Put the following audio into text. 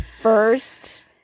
first –